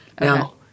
Now